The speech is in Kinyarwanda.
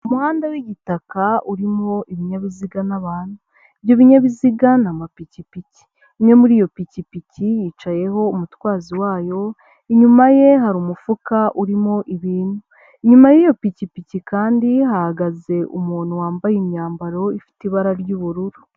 Umuhanda w'igitaka urimo ibinyabiziga n'abantu ibyo binyabiziga ni amapikipiki, imwe muri iyo pikipiki yicayeho umutwazo wayo inyuma ye hari umufuka urimo ibintu, inyuma y'iyo pikipiki kandi hahagaze umuntu wambaye imyambaro ifite ibara ry'ubururu.